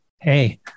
hey